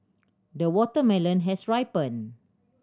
the watermelon has ripened